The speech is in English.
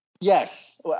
yes